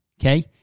okay